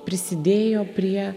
prisidėjo prie